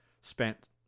spent